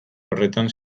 horretan